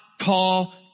call